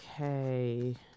okay